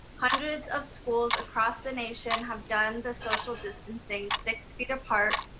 hundreds of schools across the nation have done the social distancing six feet apart,